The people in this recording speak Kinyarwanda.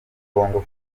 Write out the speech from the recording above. congo